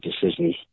decision